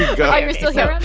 go oh, you're still here,